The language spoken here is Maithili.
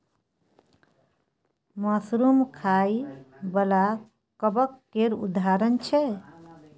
मसरुम खाइ बला कबक केर उदाहरण छै